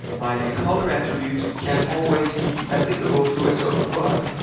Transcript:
like a color attribute can always be applicable to a certain product.